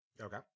Okay